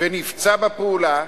ונפצע בפעולה,